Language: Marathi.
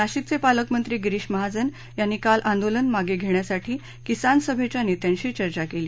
नाशिकचे पालकमंत्री गिरीश महाजन यांनी काल आंदोलन मागे घेण्यासाठी किसान सभेच्या नेत्यांशी चर्चा केली